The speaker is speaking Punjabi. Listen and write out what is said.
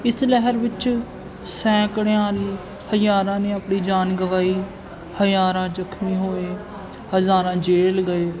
ਇਸ ਲਹਿਰ ਵਿੱਚ ਸੈਂਕੜਿਆਂ ਹਜ਼ਾਰਾਂ ਨੇ ਆਪਣੀ ਜਾਨ ਗਵਾਈ ਹਜ਼ਾਰਾਂ ਜਖ਼ਮੀ ਹੋਏ ਹਜ਼ਾਰਾਂ ਜੇਲ੍ਹ ਗਏ